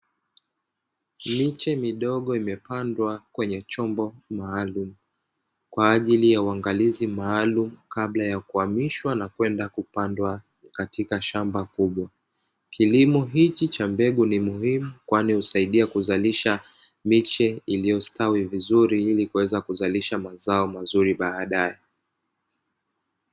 Miche midogo imepandwa kwenye chombo maalumu kwa ajili ya uangalizi maalumu kabla ya kuhamishwa na kwenda kupandwa katika shamba kubwa. Kilimo hichi cha mbegu ni muhimu kwani husaidia kuzalisha miche iliyostawi vizuri ili kuweza kuzalisha mazao mazuri baadaye.